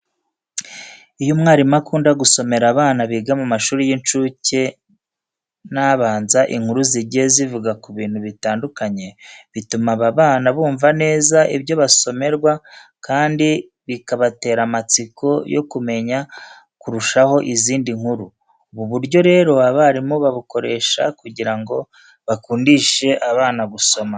Iyo umwarimu akunda gusomera abana biga mu mashuri y'incuke n'abanze inkuru zigiye zivuga ku bintu bitandukanye, bituma aba bana bumva neza ibyo basomerwa kandi bikabatera amatsiko yo kumenya kurushaho izindi nkuru. Ubu buryo rero abarimu babukoresha kugira ngo bakundishe abana gusoma.